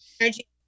energy